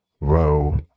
row